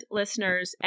listeners